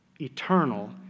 eternal